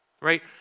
Right